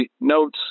notes